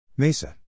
Mesa